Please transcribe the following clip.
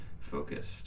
focused